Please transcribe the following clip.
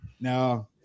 No